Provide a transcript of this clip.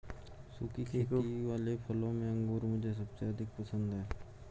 सुखी खेती वाले फलों में अंगूर मुझे सबसे अधिक पसंद है